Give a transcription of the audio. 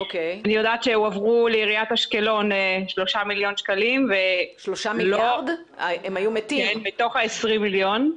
אני יודעת שהועברו לעיריית אשקלון 3 מיליון שקלים מתוך ה-20 מיליון.